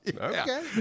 Okay